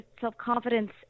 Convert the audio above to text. self-confidence